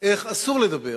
איך אסור לדבר,